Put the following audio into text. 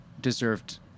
deserved